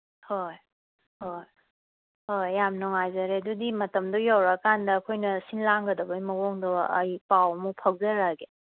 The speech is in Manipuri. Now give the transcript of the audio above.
ꯍꯣꯏ ꯍꯣꯏ ꯍꯣꯏ ꯌꯥꯝ ꯅꯨꯡꯉꯥꯏꯖꯔꯦ ꯑꯗꯨꯗꯤ ꯃꯇꯝꯗꯣ ꯌꯧꯔꯛꯑꯀꯥꯟꯗ ꯑꯩꯈꯣꯏꯅ ꯁꯤꯜ ꯂꯥꯡꯒꯗꯕꯒꯤ ꯃꯑꯣꯡꯗꯣ ꯑꯩ ꯄꯥꯎ ꯑꯃꯨꯛ ꯄꯥꯎꯖꯔꯛꯑꯒꯦ